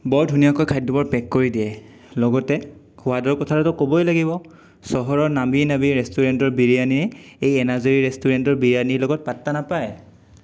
বৰ ধুনীয়াকৈ খাদ্যবোৰ পেক কৰি দিয়ে লগতে সোৱাদৰ কথাটোতো ক'বই লাগিব চহৰৰ নামি দামী ৰেষ্টুৰেণ্টৰ বিৰিয়ানীয়ে এই এনাজৰী ৰেষ্টুৰেণ্টৰ বিৰিয়ানীৰ লগত পাত্তা নাপায়